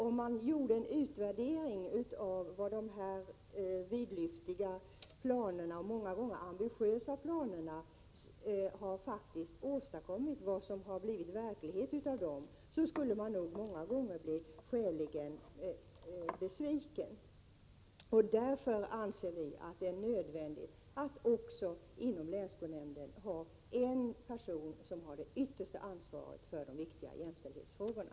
Om man gjorde en utvärdering av vad som har blivit verklighet av dessa vidlyftiga och ofta mycket ambitiösa planer, så skulle man nog många gånger bli skäligen besviken. Därför anser vi att det är nödvändigt att också inom länsskolnämnden ha en person som har det yttersta ansvaret för de viktiga jämställdhetsfrågorna.